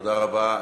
תודה רבה.